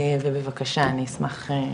ובבקשה אני אשמח לשמוע.